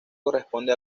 corresponde